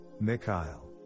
mikhail